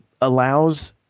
allows